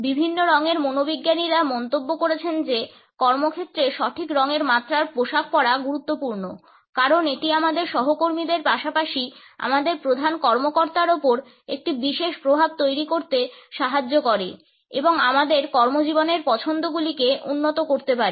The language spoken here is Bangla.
বিভিন্ন রঙের মনোবিজ্ঞানীরা মন্তব্য করেছেন যে কর্মক্ষেত্রে সঠিক রংয়ের মাত্রার পোশাক পরা গুরুত্বপূর্ণ কারণ এটি আমাদের সহকর্মীদের পাশাপাশি আমাদের প্রধান কর্মকর্তার উপর একটি বিশেষ প্রভাব তৈরি করতে সাহায্য করে এবং আমাদের কর্মজীবনের পছন্দগুলিকে উন্নত করতে পারে